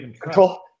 Control